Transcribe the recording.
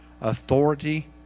authority